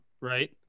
right